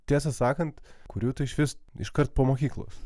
tiesą sakant kurių išvis iškart po mokyklos